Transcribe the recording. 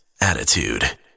Attitude